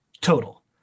total